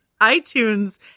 iTunes